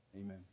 Amen